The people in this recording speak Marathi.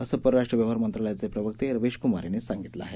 असं परराष्ट्र व्यवहार मंत्रालयाचे प्रवक्ते रविश कुमार यांनी सांगितलं आहे